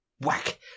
whack